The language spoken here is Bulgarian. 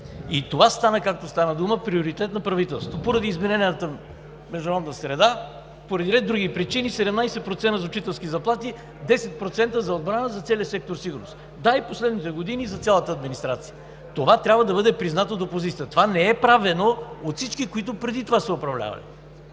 Това стана, както стана дума, приоритет на правителството. Поради изменената международна среда, поради ред други причини – 17% за учителски заплати, 10% за отбрана, за целия сектор „Сигурност“. (Реплика.) Да, и през последните години за цялата администрация. Това трябва да бъде признато от опозицията. Това не е правено от всички, които преди това са управлявали,